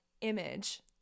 image